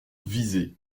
visée